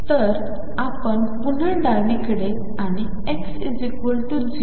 तर आपण पुन्हा डावीकडे आणि xx0